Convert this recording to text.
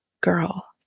girl